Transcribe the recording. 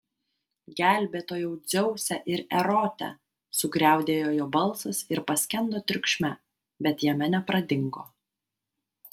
gelbėtojau dzeuse ir erote sugriaudėjo jo balsas ir paskendo triukšme bet jame nepradingo